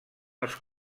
els